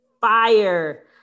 fire